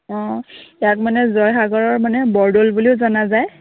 অঁ ইয়াক মানে জয়সাগৰৰ মানে বৰদৌল বুলিও জনা যায়